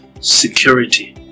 security